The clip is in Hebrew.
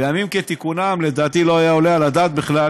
בימים כתיקונם, לדעתי, לא היה עולה על הדעת בכלל